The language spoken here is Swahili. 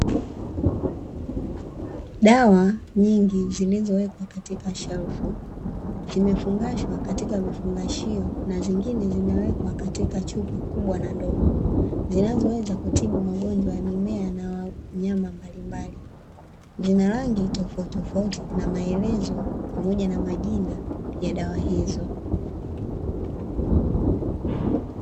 Dawa nyingi zilizowekwa katika shelfu zimefungashwa katika vifungashio na zingine zimewekwa katika chupa kubwa na ndogo, zinazoweza kutibu magonjwa ya mimea na wanyama mbalimbali. Zina rangi tofauti tofauti na maelezo pamoja na majina ya dawa hizo.